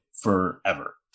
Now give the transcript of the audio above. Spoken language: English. forever